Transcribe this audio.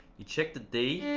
you check the d.